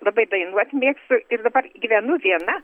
labai dainuot mėgstu ir dabar gyvenu viena